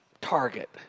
target